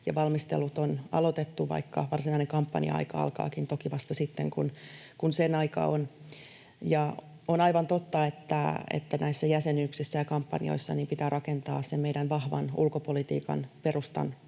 valmistelut on aloitettu, vaikka varsinainen kampanja-aika alkaakin toki vasta sitten, kun sen aika on. Ja on aivan totta, että näissä jäsenyyksissä ja kampanjoissa pitää rakentaa sen meidän vahvan ulkopolitiikan perustan